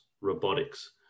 robotics